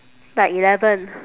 like eleven